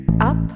Up